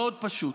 מאוד פשוט.